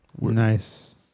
nice